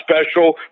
special